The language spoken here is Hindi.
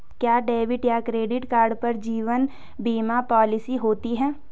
क्या डेबिट या क्रेडिट कार्ड पर जीवन बीमा पॉलिसी होती है?